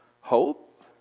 hope